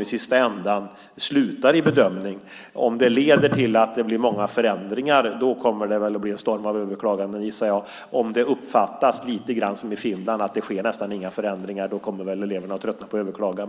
i sista ändan slutar i bedömningen. Om det leder till att det blir många förändringar kommer det väl att bli en storm av överklaganden, gissar jag. Om det uppfattas lite grann som i Finland att det nästan inte sker några förändringar kommer väl eleverna att tröttna på att överklaga.